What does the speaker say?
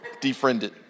defriended